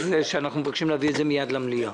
שאנחנו מבקשים להביא את זה מיד למליאה.